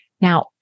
Now